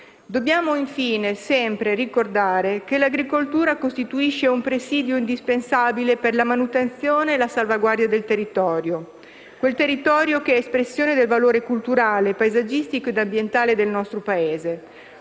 Dobbiamo infine sempre ricordare che l'agricoltura costituisce un presidio indispensabile per la manutenzione e la salvaguardia del territorio, quel territorio che è espressione del valore culturale, paesaggistico ed ambientale del nostro Paese;